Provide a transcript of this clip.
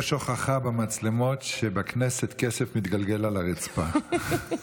יש הוכחה במצלמות שבכנסת כסף מתגלגל על הרצפה.